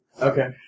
Okay